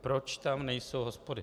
Proč tam nejsou hospody?